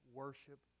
worship